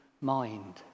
mind